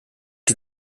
die